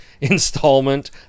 installment